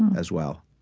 as well